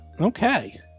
Okay